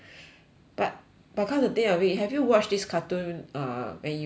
but but come to think of it have you watched this cartoon err when you were young